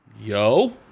Yo